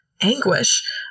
anguish